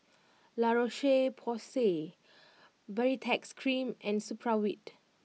La Roche Porsay Baritex Cream and Supravit